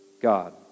God